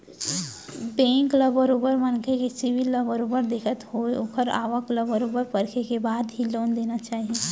bank ल बरोबर मनसे के सिविल ल बरोबर देखत होय ओखर आवक ल बरोबर परखे के बाद ही लोन देना चाही